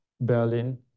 Berlin